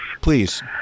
Please